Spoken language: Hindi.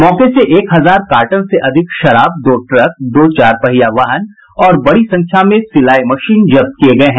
मौके से एक हजार कार्टन से अधिक शराब दो ट्रक दो चारपहिया वाहन और बड़ी संख्या में सिलाई मशीन जब्त किए गए हैं